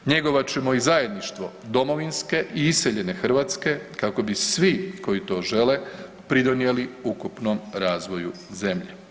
Njegovat ćemo i zajedništvo domovinske i iseljene Hrvatske kako bi svi koji to žele, pridonijeli ukupnom razvoju zemlje.